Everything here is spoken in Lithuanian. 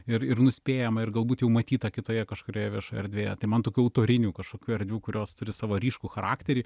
ir ir nuspėjama ir galbūt jau matyta kitoje kažkurioje viešoje erdvėje tai man tokių autorinių kažkokių erdvių kurios turi savo ryškų charakterį